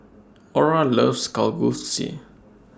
Orra loves Kalguksu